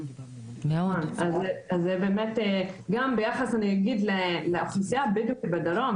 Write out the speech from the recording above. גם ביחס לאוכלוסייה הבדואית בדרום,